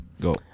Go